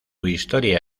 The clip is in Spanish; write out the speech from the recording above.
historia